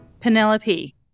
Penelope